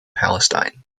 palestine